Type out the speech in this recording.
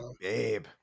babe